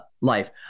life